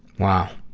wow.